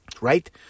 Right